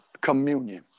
communion